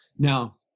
Now